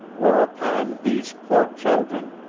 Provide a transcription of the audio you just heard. whereupon these poor children,